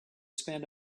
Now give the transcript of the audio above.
spend